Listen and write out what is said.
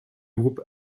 groupes